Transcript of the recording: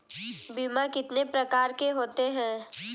बीमा कितने प्रकार के होते हैं?